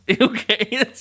Okay